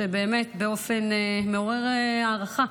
שבאמת באופן מעורר הערכה